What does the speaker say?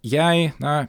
jai na